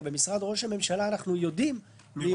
הרי במשרד ראש הממשלה אנחנו יודעים מי